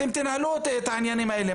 אתם תנהלו את העניינים האלה,